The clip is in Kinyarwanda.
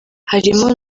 harimo